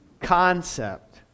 concept